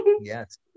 Yes